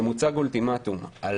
כשמוצג אולטימטום על